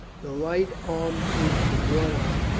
the light armed troops were brought up,